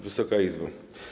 Wysoka Izbo!